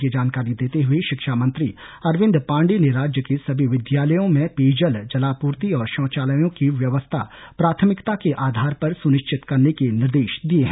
ये जानकारी देते हुए शिक्षा मंत्री अरविन्द पाण्डेय ने राज्य के सभी विद्यालयों में पेयजल जलापूर्ति और शौचालयों की व्यवस्था प्राथमिकता के आधार पर सुनिश्चित करने के निर्देश दिए हैं